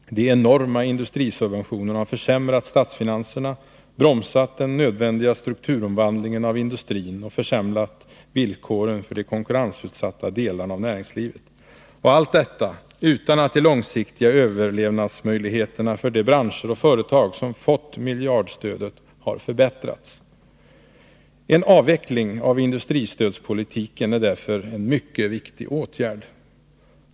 De enorma industrisubventionerna har försämrat statsfinanserna, bromsat den nödvändiga strukturomvandlingen av industrin och försämrat villkoren för de konkurrensutsatta delarna av näringslivet. Och allt detta utan att de långsiktiga överlevnadsmöjligheterna för de branscher och företag som fått miljardstödet har förbättrats. En avveckling av industristödspolitiken är därför en mycket viktig åtgärd.